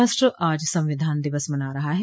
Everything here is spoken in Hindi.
राष्ट्र आज संविधान दिवस मना रहा है